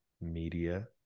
media